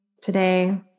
today